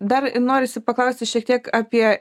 dar norisi paklausti šiek tiek apie